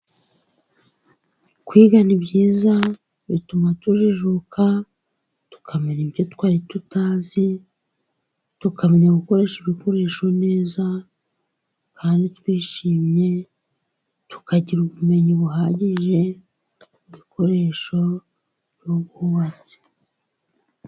Kwiga ni byizayiza, bituma tujijuka, tukamenya ibyo twari tutazi, tukamenya gukoresha ibikoresho neza kandi twishimye, tukagira ubumenyi buhagije dukoresha mu bwubatsi.